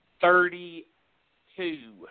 Thirty-two